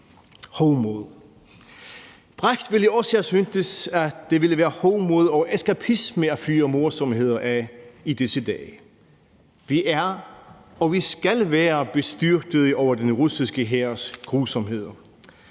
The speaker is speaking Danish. hovmod. Brecht ville også have syntes, at det ville være hovmod og eskapisme at fyre morsomheder af i disse dage. Vi er, og vi skal være bestyrtede over den russiske hærs grusomheder.